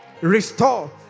restore